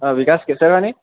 હા વિકાસ કેસરાણી